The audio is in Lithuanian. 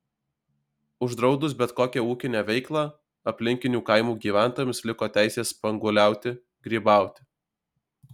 uždraudus bet kokią ūkinę veiklą aplinkinių kaimų gyventojams liko teisė spanguoliauti grybauti